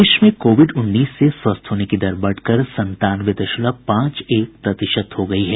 प्रदेश में कोविड उन्नीस से स्वस्थ होने की दर बढ़कर संतानवे दशमलव पांच एक प्रतिशत हो गयी है